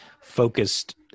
focused